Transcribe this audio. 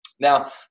Now